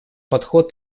подход